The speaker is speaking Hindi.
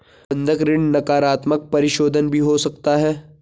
बंधक ऋण नकारात्मक परिशोधन भी हो सकता है